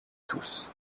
tous